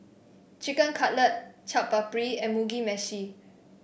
Chicken Cutlet Chaat Papri and Mugi Meshi